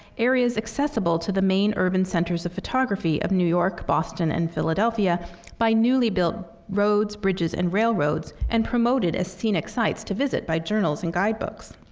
areas accessible to the main urban centers of photography of new york, boston, and philadelphia by newly built roads, bridges, and railroads, and promoted as scenic sites to visit by journals and guidebooks.